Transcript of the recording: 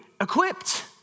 equipped